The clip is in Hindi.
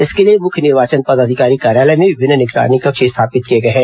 इसके लिए मुख्य निर्वाचन पदाधिकारी कार्यालय में विभिन्न निगरानी कक्ष स्थापित किए गए हैं